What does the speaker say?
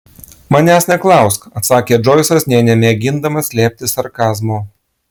manęs neklausk atsakė džoisas nė nemėgindamas slėpti sarkazmo